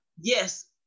Yes